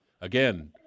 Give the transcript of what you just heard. again